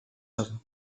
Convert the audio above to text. харна